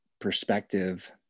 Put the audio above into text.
perspective